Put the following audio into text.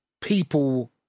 people